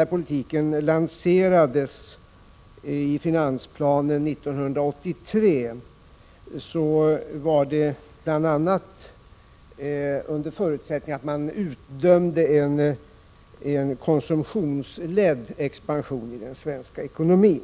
När den lanserades i finansplanen 1983 var en förutsättning bl.a. att man utdömde en konsumtionsledd expansion av den svenska ekonomin.